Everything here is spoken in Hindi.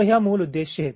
तो यह मूल उद्देश्य है